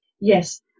Yes